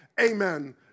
Amen